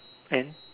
and